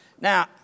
Now